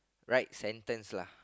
right sentence lah